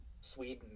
Sweden